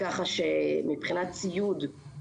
ככה שמבחינת ציוד,